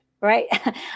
right